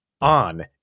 on